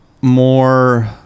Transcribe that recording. more